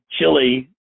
Chili